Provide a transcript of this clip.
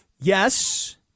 yes